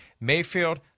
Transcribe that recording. Mayfield